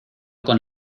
con